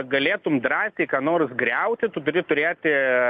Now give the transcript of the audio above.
galėtum drąsiai ką nors griauti tu turi turėti